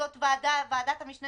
זאת ועדת המשנה